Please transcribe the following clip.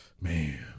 man